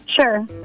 Sure